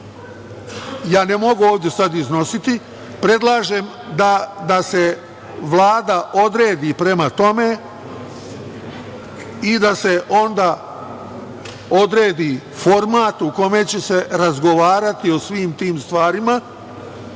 Ja ne mogu ovde sad iznositi, predlažem da se Vlada odredi prema tome i da se onda odredi format u kome će se razgovarati o svim tim stvarima